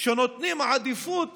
שנותנים עדיפות